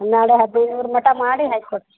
ಒಂದು ಹದಿನೈದು ನೂರು ಮಟ್ಟ ಮಾಡಿ ಹಾಕಿ ಕೊಡ್ರಿ